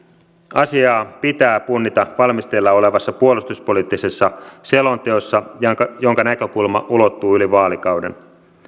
asiaa pitää punnita valmisteilla olevassa puolustuspoliittisessa selonteossa jonka jonka näkökulma ulottuu yli vaalikauden